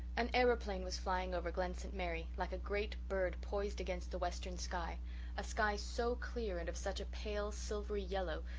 an aeroplane was flying over glen st. mary, like a great bird poised against the western sky a sky so clear and of such a pale, silvery yellow,